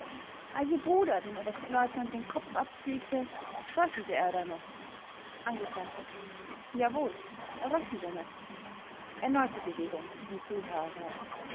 als ihr bruder dem oberstleutnant den kopf absägte röchelte er da noch angekl jawohl er röchelte noch erneute